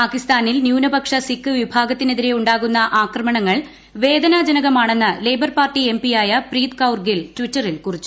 പാകിസ്ഥാനിൽ ന്യൂനപക്ഷ സിഖ് വിഭാഗത്തിനെതിരെ ഉണ്ടാകുന്ന ആക്രമണങ്ങൾ വേദനാജനകമാണെന്ന് ലേബർ പാർട്ടി എം പി യായ പ്രീത് കയ്യൂർ ഗിൽ ട്വിറ്ററിൽ കുറിച്ചു